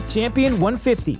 Champion150